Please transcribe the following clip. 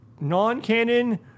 non-canon